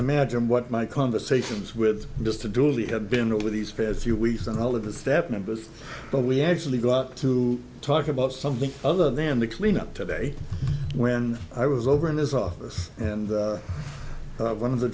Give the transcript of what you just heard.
imagine what my conversations with just to do they had been over these past few weeks and all of the staff members but we actually got to talk about something other than the cleanup today when i was over in his office and one of the